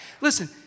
Listen